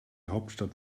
hauptstadt